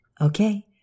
Okay